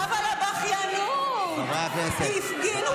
אבל הבכיינות: הפגינו לי מול הבית,